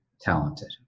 talented